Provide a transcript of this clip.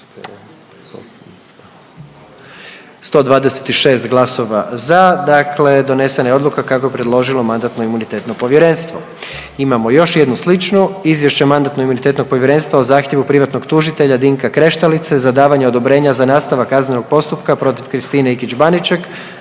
126 glasova za, dakle donesena je odluka kako je predložilo Mandatno-imunitetno povjerenstvo. Imamo još jednu sličnu. Izvješće Mandatno-imunitetnog povjerenstva o zahtjevu privatnog tužitelja Dinka Kreštalice za davanje odobrenja za nastavak kaznenog postupka protiv Kristine Ikić Baniček